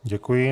Děkuji.